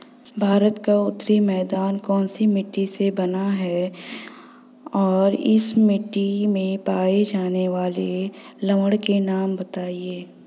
भारत का उत्तरी मैदान कौनसी मिट्टी से बना है और इस मिट्टी में पाए जाने वाले लवण के नाम बताइए?